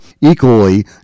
equally